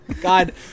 God